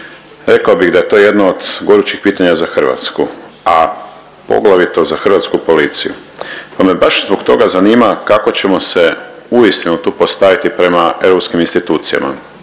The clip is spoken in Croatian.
rekao bih da je to jedno od gorućih pitanja za Hrvatsku, a poglavito za hrvatsku policiju. Pa me baš zbog toga zanima kako ćemo se uistinu tu postaviti prema europskim institucijama.